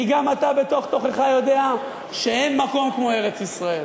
כי גם אתה בתוך-תוכך יודע שאין מקום כמו ארץ-ישראל.